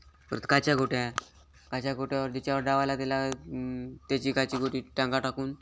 परत काचा गोट्या काचा गोट्यावर जिच्यावर डाव आला त्याला त्याची काची गोटी टांगा टाकून